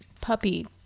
puppy